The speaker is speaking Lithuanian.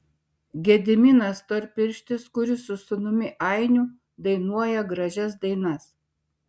gediminas storpirštis kuris su sūnumi ainiu dainuoja gražias dainas